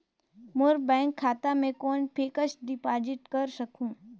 मोर bank खाता मे कौन फिक्स्ड डिपॉजिट कर सकहुं?